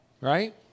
right